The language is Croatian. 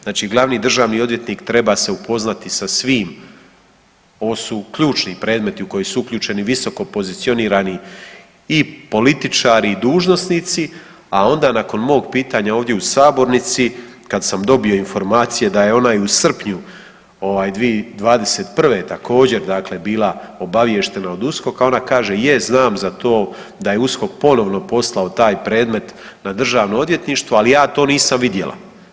Znači glavni državni odvjetnik treba se upoznati sa svim, ovo su ključni predmeti u koje su uključeni visokopozicionirani i političari i dužnosnici, a onda nakon mog pitanja ovdje u sabornici kad sam dobio informacije da je ona i u srpnju 2021. također dakle bila obavještena od USKOK-a ona kaže je znam za to da je USKOK ponovno poslao taj predmet na državno odvjetništvo, ali ja to nisam vidjela.